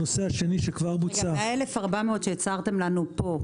הנושא השני שכבר בוצע --- מה-1,400 שהצהרתם לנו פה,